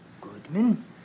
Goodman